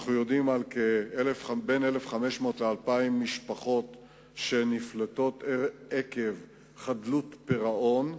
אנחנו יודעים על בין 1,500 ל-2,000 משפחות שנפלטות עקב חדלות פירעון.